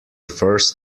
first